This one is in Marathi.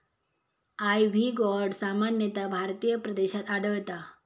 आयव्ही गॉर्ड सामान्यतः भारतीय प्रदेशात आढळता